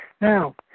Now